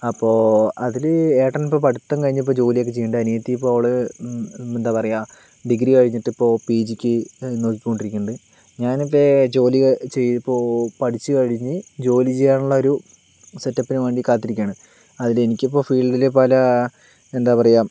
അപ്പോൾ അതിൽ ഏട്ടന് ഇപ്പോൾ പഠിത്തം കഴിഞ്ഞ് ഇപ്പോൾ ജോലി ഒക്കെ ചെയ്യുന്നുണ്ട് അനിയത്തി ഇപ്പോൾ അവളെന്താ പറയുക ഡിഗ്രി കഴിഞ്ഞിട്ട് ഇപ്പോൾ പി ജിക്ക് നോക്കിക്കൊണ്ടിരിക്കുണ്ട് ഞാനിപ്പോൾ ജോലി ചെയ്യു ഇപ്പോൾ പഠിച്ചു കഴിഞ്ഞ് ജോലി ചെയ്യാനുള്ള ഒരു സെറ്റപ്പിനു വേണ്ടി കാത്തിരിക്കുകയാണ് അതിൽ എനിക്കിപ്പോൾ ഫീല്ഡിൽ പല എന്താ പറയുക